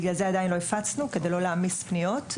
בגלל זה עדיין לא הפצנו כדי לא להעמיס פניות.